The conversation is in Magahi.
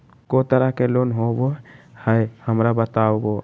को तरह के लोन होवे हय, हमरा बताबो?